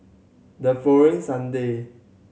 the following Sunday